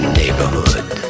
neighborhood